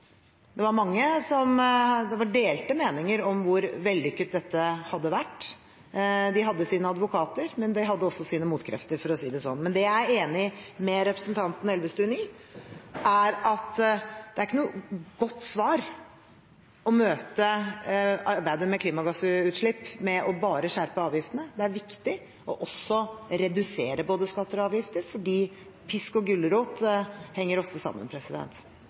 var ikke entydig. Det var delte meninger om hvor vellykket dette hadde vært. De hadde sine advokater, men de hadde også sine motkrefter, for å si det sånn. Men det jeg er enig med representanten Elvestuen i, er at det er ikke noe godt svar å møte arbeidet med klimagassutslipp med bare å skjerpe avgiftene, det er viktig også å redusere både skatter og avgifter, fordi pisk og gulrot ofte henger sammen.